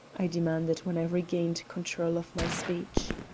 i demanded when i regained control of my speech.